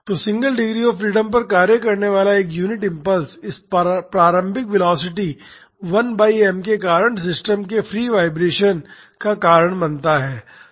तो single degree of freedom पर कार्य करने वाला एक यूनिट इम्पल्स इस प्रारंभिक वेलोसिटी 1 बाई m के कारण सिस्टम के फ्री वाईब्रेशन का कारण बनता है